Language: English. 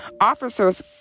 Officers